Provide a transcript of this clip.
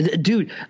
dude